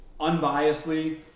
unbiasedly